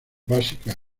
básica